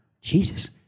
Jesus